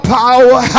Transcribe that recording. power